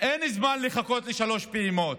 אין זמן לחכות לשלוש פעימות,